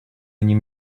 они